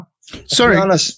Sorry